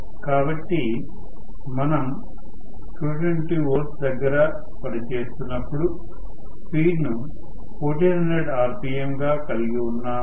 కాబట్టీ మనం 220V దగ్గర పని చేస్తున్నప్పుడు స్పీడ్ ను 1400rpm గా కలిగి ఉన్నాము